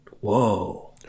whoa